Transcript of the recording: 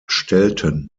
stellten